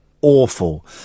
awful